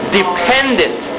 dependent